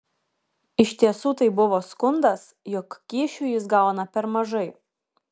iš tiesų tai buvo skundas jog kyšių jis gauna per mažai